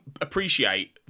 appreciate